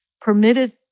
permitted